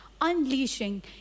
unleashing